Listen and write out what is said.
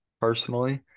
personally